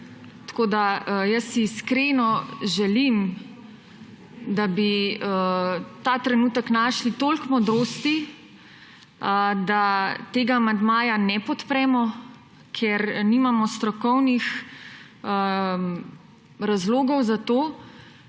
naselju. Jaz si iskreno želim, da bi ta trenutek našli toliko modrosti, da tega amandmaja ne podpremo, ker nimamo strokovnih razlogov za to.